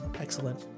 excellent